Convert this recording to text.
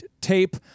Tape